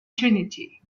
trinity